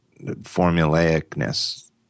formulaicness